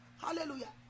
Hallelujah